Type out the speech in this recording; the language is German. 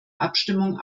abstimmung